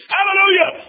Hallelujah